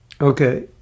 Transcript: Okay